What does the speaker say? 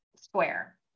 square